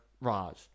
Raj